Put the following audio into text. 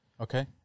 Okay